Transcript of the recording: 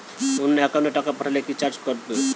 অন্য একাউন্টে টাকা পাঠালে কি চার্জ কাটবে?